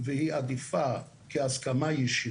עולים לי רעיונות בראש לשים קץ לחיי.